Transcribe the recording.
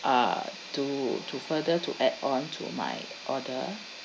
uh to to further to add on to my order